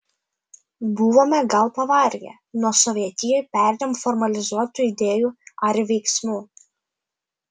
buvome gal pavargę nuo sovietijoj perdėm formalizuotų idėjų ar veiksmų